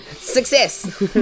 success